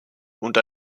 und